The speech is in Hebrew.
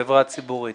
חברה ציבורית.